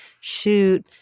shoot –